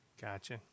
Gotcha